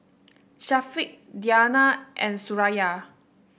Syafiq Diyana and Suraya